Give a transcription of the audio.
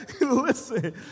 listen